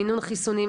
מימון חיסונים,